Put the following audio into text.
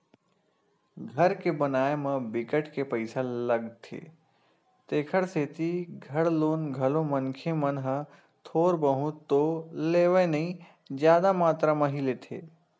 घर के बनाए म बिकट के पइसा लागथे तेखर सेती घर लोन घलो मनखे मन ह थोर बहुत तो लेवय नइ जादा मातरा म ही लेथे